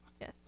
Yes